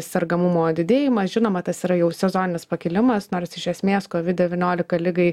sergamumo didėjimas žinoma tas yra jau sezoninis pakilimas nors iš esmės kovid devyniolika ligai